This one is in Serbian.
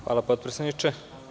Hvala, potpredsedniče.